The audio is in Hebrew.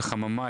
את החממה,